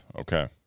okay